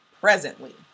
presently